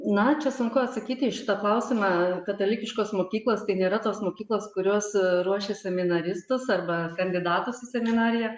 na čia sunku atsakyti į šitą klausimą katalikiškos mokyklos tai nėra tos mokyklos kurios ruošia seminaristas arba kandidatus į seminariją